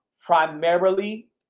Primarily